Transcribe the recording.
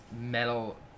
metal